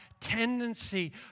tendency